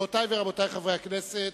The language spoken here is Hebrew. הישיבה הארבעים-וחמש של הכנסת